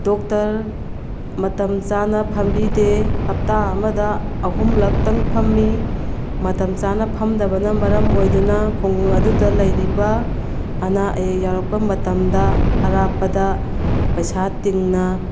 doctor ꯃꯇꯝ ꯆꯥꯅ ꯐꯝꯕꯤꯗꯦ ꯍꯞꯇꯥ ꯑꯃꯗ ꯑꯍꯨꯝꯂꯛꯇꯪ ꯐꯝꯏ ꯃꯇꯝ ꯆꯥꯅ ꯐꯝꯗꯕꯅ ꯃꯔꯝ ꯑꯣꯏꯗꯨꯅ ꯈꯨꯡꯒꯪ ꯑꯗꯨꯗ ꯂꯩꯔꯤꯕ ꯑꯅꯥ ꯑꯌꯦꯛ ꯌꯥꯎꯔꯛꯄ ꯃꯇꯝꯗ ꯑꯔꯥꯞꯄꯗ ꯄꯩꯁꯥ ꯇꯤꯡꯅ